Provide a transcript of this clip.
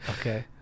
Okay